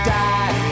die